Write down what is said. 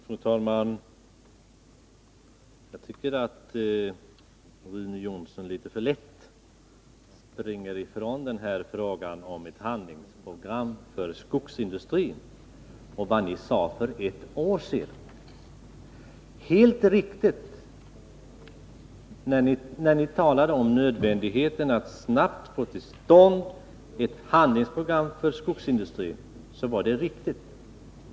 Fru talman! Jag tycker att Rune Jonsson litet för lätt springer ifrån frågan om ett handlingsprogram för skogsindustrin och vad socialdemokraterna sade för ett år sedan. Då talade ni om nödvändigheten av att snabbt få till stånd ett handlingsprogram för skogsindustrin, vilket var helt riktigt.